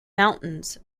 mountains